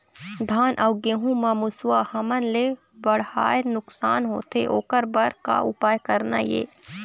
धान अउ गेहूं म मुसवा हमन ले बड़हाए नुकसान होथे ओकर बर का उपाय करना ये?